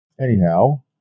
Anyhow